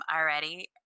already